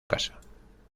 casa